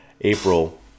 April